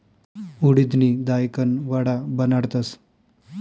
उडिदनी दायकन वडा बनाडतस